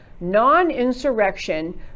non-insurrection